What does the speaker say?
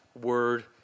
word